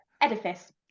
Edifice